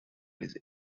his